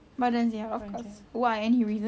badan sihat why any reason